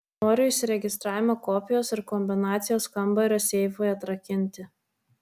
noriu įsiregistravimo kopijos ir kombinacijos kambario seifui atrakinti